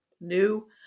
new